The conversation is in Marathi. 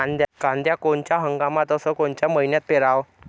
कांद्या कोनच्या हंगामात अस कोनच्या मईन्यात पेरावं?